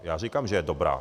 Já říkám, že je dobrá.